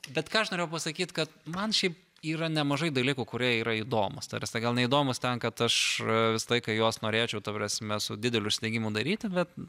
bet ką aš norėjau pasakyt kad man šiaip yra nemažai dalykų kurie yra įdomūs ta prasme gal neįdomūs ten kad aš visą laiką juos norėčiau ta prasme su dideliu užsidegimu daryti bet